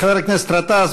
חבר הכנסת גטאס,